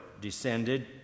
descended